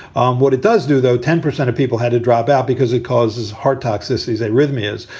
um what it does do, though, ten percent of people had to drop out because it causes heart toxicity. that rhythm is.